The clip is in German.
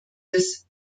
des